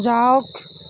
যাওক